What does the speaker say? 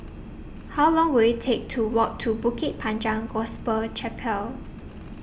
How Long Will IT Take to Walk to Bukit Panjang Gospel Chapel